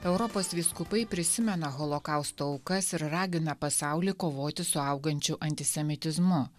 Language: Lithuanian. europos vyskupai prisimena holokausto aukas ir ragina pasaulį kovoti su augančiu antisemitizmu